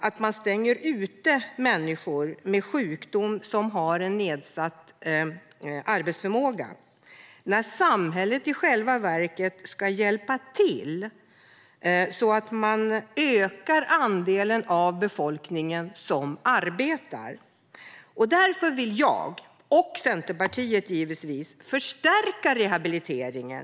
Detta betyder att människor med sjukdom och nedsatt arbetsförmåga stängs ute, när samhället i själva verket ska hjälpa till så att andelen av befolkningen som arbetar ökar. Därför vill jag, och givetvis Centerpartiet, förstärka rehabiliteringen.